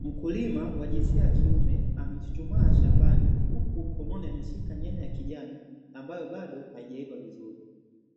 Mkulima wa jinsia ya kiume amechuchumaa shambani huku mkononi ameshika nyanya ya kijani ambayo bado haijaiva vizuri,